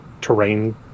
terrain